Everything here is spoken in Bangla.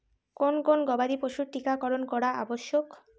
কোন কোন গবাদি পশুর টীকা করন করা আবশ্যক?